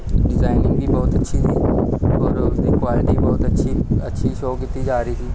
designing ਵੀ ਬਹੁਤ ਅੱਛੀ ਸੀ ਔਰ ਉਸਦੀ ਕੁਆਲਿਟੀ ਬਹੁਤ ਅੱਛੀ ਅੱਛੀ ਸ਼ੋ ਕੀਤੀ ਜਾ ਰਹੀ ਸੀ